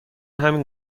همین